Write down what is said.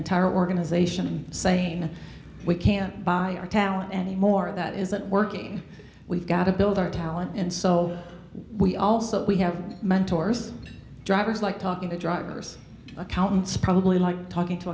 entire organization saying we can't buy our tower anymore that isn't working we've got to build our talent and so we also we have mentors drivers like talking to drivers accountants probably like talking to